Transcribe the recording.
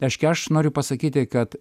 reiškia aš noriu pasakyti kad